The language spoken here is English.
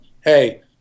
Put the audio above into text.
hey